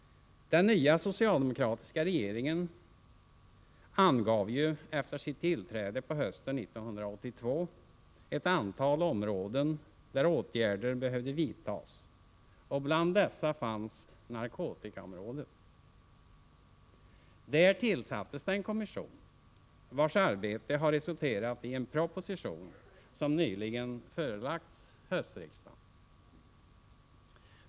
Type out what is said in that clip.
Den nya socialdemokratiska regeringen angav ju efter sitt tillträde på hösten 1982 ett antal områden där åtgärder behövde vidtas, och bland dessa fanns narkotikaområdet. I fråga om detta tillsattes en kommission, vars arbete har resulterat i en proposition som nyligen förelagts höstriksdagen.